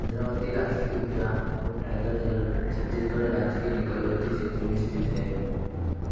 इंद्रावती राष्ट्रीय उद्यान और टाइगर रिजर्व छत्तीसगढ़ राज्य के निकटवर्ती क्षेत्र में स्थित हैं